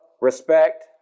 respect